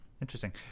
interesting